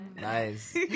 Nice